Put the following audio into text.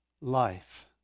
life